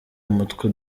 umutwe